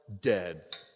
dead